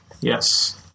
Yes